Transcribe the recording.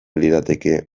lirateke